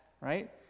right